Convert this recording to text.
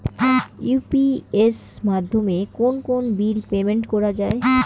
AEPS মাধ্যমে কোন কোন বিল পেমেন্ট করা যায়?